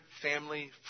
Family